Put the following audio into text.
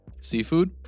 seafood